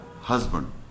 husband